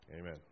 Amen